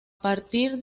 partir